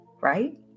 right